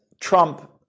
Trump